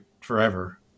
forever